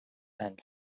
and